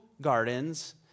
gardens